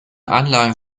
anlagen